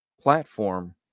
platform